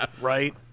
Right